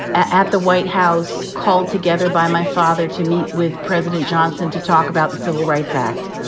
at the white house, called together by my father to meet with president johnson to talk about the civil rights act.